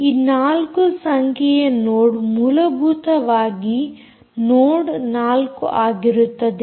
ಈ ನಾಲ್ಕು ಸಂಖ್ಯೆಯ ನೋಡ್ಮೂಲಭೂತವಾಗಿ ನೋಡ್ 4 ಆಗಿರುತ್ತದೆ